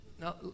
Now